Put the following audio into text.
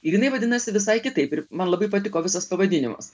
ir jinai vadinasi visai kitaip ir man labai patiko visas pavadinimas